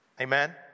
Amen